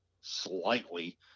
slightly